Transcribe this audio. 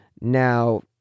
Now